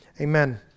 Amen